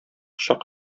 чак